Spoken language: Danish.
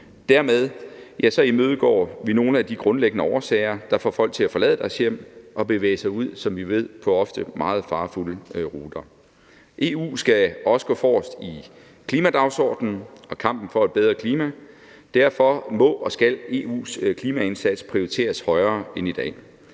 Dermed imødegår vi nogle af de grundlæggende årsager, der får folk til at forlade deres hjem og bevæge sig ud, som vi ved, på ofte meget farefulde ruter. EU skal også gå forrest i klimadagsordenen og kampen for et bedre klima. Derfor må og skal EU's klimaindsats prioriteres højere end i dag.